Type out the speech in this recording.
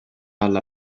dalla